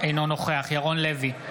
אינו נוכח ירון לוי,